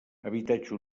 habitatge